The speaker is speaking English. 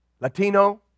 Latino